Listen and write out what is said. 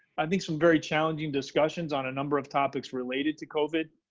i think some very challenging discussions on a number of topics related to covid.